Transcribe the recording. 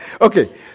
Okay